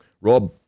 Rob